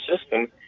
system